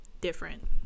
different